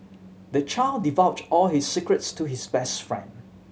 the child divulged all his secrets to his best friend